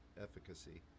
efficacy